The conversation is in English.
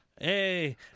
Hey